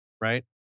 right